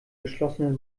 geschlossenen